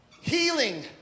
Healing